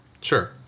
Sure